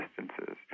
distances